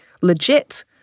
legit